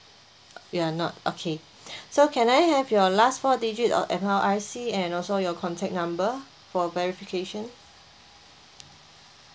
you are not okay so can I have your last four digit of N_R_I_C and also your contact number for verification